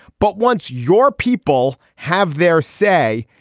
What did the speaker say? but once your people have their say.